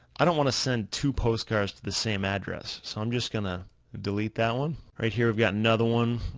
i don't wanna send two postcards to the same address, so i'm just gonna delete that one. right here i've got another one,